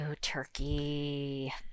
turkey